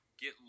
get